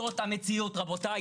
זאת המציאות רבותי,